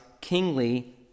kingly